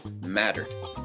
mattered